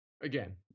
again